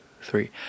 three